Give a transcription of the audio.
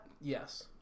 Yes